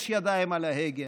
יש ידיים על ההגה,